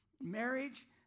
marriage